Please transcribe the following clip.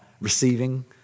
receiving